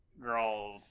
girl